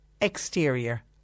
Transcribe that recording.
exterior